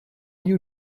you